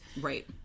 Right